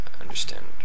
understand